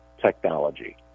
technology